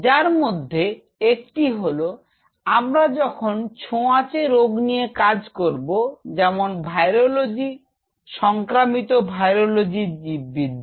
যার মধ্যে একটি হলো আমরা যখন ছোঁয়াচে রোগ নিয়ে কাজ করব যেমন ভাইরোলজি সংক্রামিত ভাইরোলজির জীব বিদ্যা